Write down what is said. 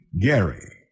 Gary